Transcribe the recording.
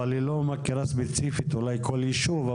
אבל היא לא מכירה ספציפית אולי כל ישוב.